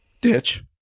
Ditch